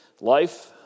life